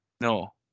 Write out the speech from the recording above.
No